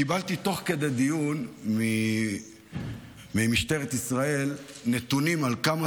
תוך כדי דיון קיבלתי נתונים ממשטרת ישראל על כמה